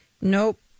Nope